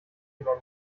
wieder